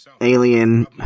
alien